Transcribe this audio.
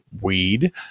weed